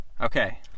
Okay